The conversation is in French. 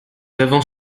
avons